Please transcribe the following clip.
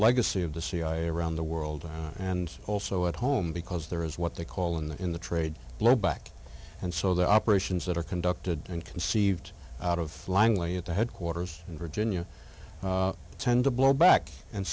legacy of the cia around the world and also at home because there is what they call in the trade blowback and so the operations that are conducted and conceived out of langley at the headquarters in virginia tend to blow back and